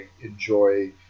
enjoy